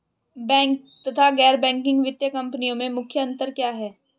Bank तथा गैर banking वित्तीय कंपनियों में मुख्य अंतर क्या है?